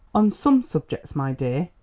on some subjects, my dear,